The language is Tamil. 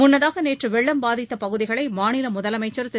முன்னதாக நேற்று வெள்ளம் பாதித்த பகுதிகளை மாநில முதலமைச்சர் திரு